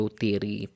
Theory